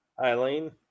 Eileen